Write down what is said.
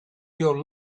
your